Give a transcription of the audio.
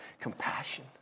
compassion